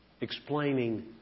explaining